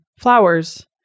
flowers